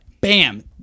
bam